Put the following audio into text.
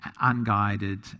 unguided